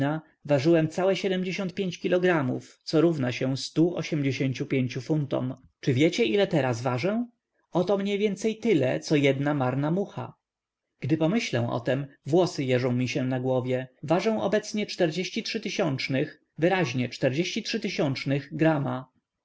ważyłem całe kilogramów co równa się funtom czy wiecie ile teraz ważę oto mniej więcej tyle co jedna marna mucha gdy pomyślę o tem włosy jeżą mi się na głowie ważę obecnie iooo wyraźnie czterdzieści trzy tysiącznych grama